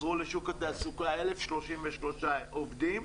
חזרו לשוק התעסוקה 1,033 עובדים,